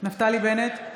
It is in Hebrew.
נפתלי בנט,